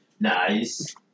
Nice